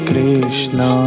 Krishna